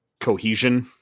cohesion